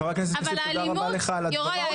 חבר הכנסת כסיף, תודה רבה לך על הדברים.